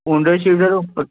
window seat ଆଡ଼କୁ ଉପର